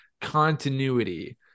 continuity